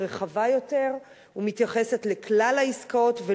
היא רחבה יותר ומתייחסת לכלל העסקאות,